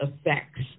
effects